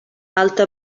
alta